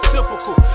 Typical